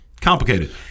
complicated